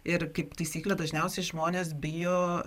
ir kaip taisyklė dažniausiai žmonės bijo